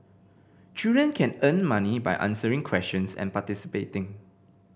children can earn money by answering questions and participating